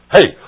Hey